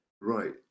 Right